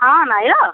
हा नायरा